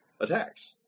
attacks